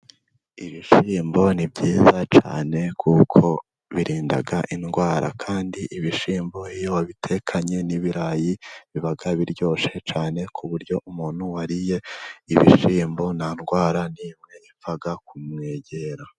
Ibishyimbo ni byiza cyane, kuko birinda indwara, kandi ibishyimbo iyo wabitekanye n'ibirayi biba biryoshe cyane , kuburyo umuntu wariye ibishyimbo nta ndwara n'imwe ipfa kumwegera.